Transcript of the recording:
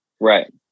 Right